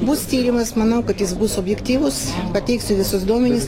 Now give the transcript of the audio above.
bus tyrimas manau kad jis bus objektyvus pateiksiu visus duomenis